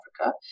Africa